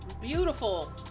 beautiful